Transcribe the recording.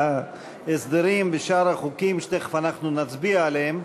ההסדרים ושאר החוקים שתכף נצביע עליהם,